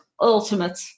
ultimate